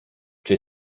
czy